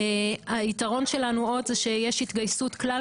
עוד יתרון שלנו הוא שיש התגייסות כלל